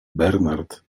bernard